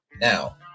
Now